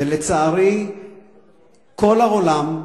ולצערי כל העולם,